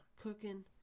Cooking